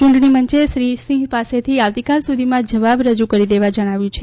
ચૂંટણીપંચે શ્રી સિંહ પાસેથી આવતીકાલ સુધીમાં જવાબ રજૂ કરી દેવા જણાવ્યું છે